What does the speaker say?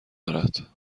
دارد